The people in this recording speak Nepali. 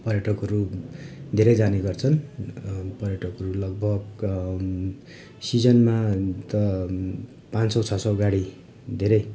पर्यटकहरू धेरै जाने गर्छन् पर्यटकहरू लगभग सिजनमा त पाँच सौ छ सौ गाडी धेरै